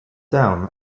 down